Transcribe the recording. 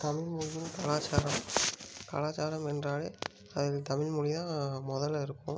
தமிழ் மொழியின் கலாச்சாரம் கலாச்சாரம் என்றாலே அதில் தமிழ் மொழி தான் முதல்ல இருக்கும்